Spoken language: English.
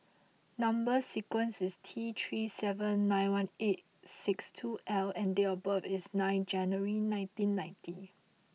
number sequence is T three seven nine one eight six two L and date of birth is nine January nineteen ninety